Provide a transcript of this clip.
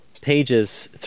pages